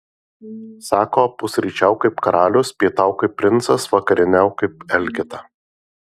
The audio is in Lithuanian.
sako pusryčiauk kaip karalius pietauk kaip princas vakarieniauk kaip elgeta